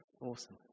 awesome